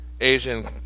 Asian